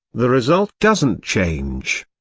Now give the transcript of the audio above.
the result doesn't change.